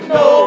no